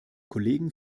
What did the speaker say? kollegen